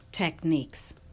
techniques